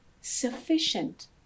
sufficient